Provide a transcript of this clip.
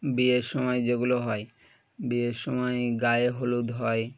বিয়ের সময় যেগুলো হয় বিয়ের সময় গায়ে হলুদ হয়